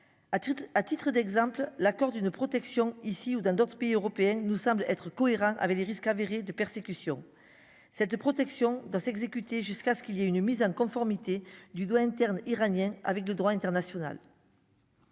à titre d'exemple, l'accorde une protection ici ou dans d'autres pays européens nous semble être cohérent avec des risques avérés de persécution cette protection dans s'exécuter jusqu'à ce qu'il y a une mise en conformité du droit interne iranienne avec le droit international.